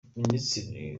minisitiri